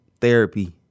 Therapy